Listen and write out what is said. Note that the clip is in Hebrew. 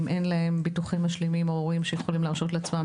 אם אין להם ביטוחים משלימים או הורים שיכולים להרשות לעצמם,